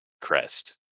Crest